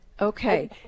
Okay